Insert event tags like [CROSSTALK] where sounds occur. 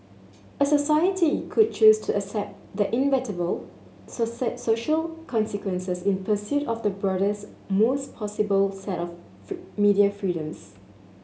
a society could choose to accept the inevitable [UNINTELLIGIBLE] social consequences in pursuit of the broadest most possible set of [UNINTELLIGIBLE] media freedoms